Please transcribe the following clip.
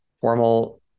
formal